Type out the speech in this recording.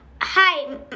Hi